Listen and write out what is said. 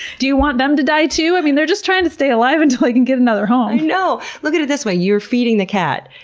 do you want them to die too! i mean, they're just trying to stay alive until they can get another home. i know! look at it this way. you're feeding the cat,